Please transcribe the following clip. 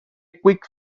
quick